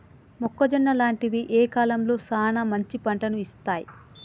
మొక్కజొన్న లాంటివి ఏ కాలంలో సానా మంచి పంటను ఇత్తయ్?